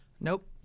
Nope